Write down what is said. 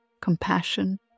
compassion